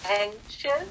anxious